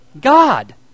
God